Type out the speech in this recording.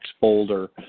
folder